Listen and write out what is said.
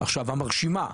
עכשיו המרשימה,